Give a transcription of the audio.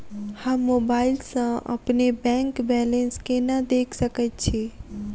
हम मोबाइल सा अपने बैंक बैलेंस केना देख सकैत छी?